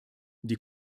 die